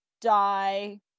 die